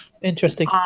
interesting